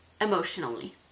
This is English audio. emotionally